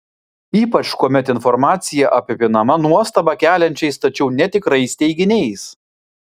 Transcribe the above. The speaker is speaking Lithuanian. ypač kuomet informacija apipinama nuostabą keliančiais tačiau netikrais teiginiais